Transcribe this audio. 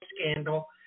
scandal